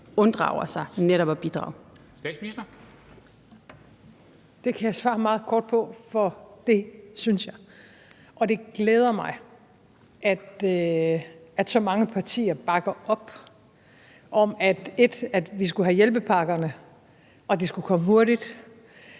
Statsministeren (Mette Frederiksen): Det kan jeg svare meget kort på, for det synes jeg. Og det glæder mig, at så mange partier bakkede op om, at vi skulle have hjælpepakkerne, og at de skulle komme hurtigt.